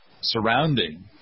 surrounding